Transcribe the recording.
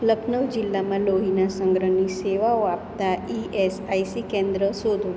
લખનૌ જિલ્લામાં લોહીનાં સંગ્રહની સેવાઓ આપતાં ઇએસઆઇસી કેન્દ્ર શોધો